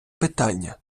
питання